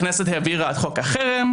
הכנסת העבירה את חוק החרם,